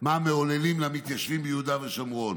מה מעוללים למתיישבים ביהודה ושומרון